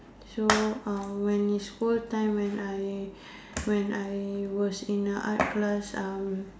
so uh when is school time when I when I was in a art class uh